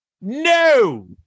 no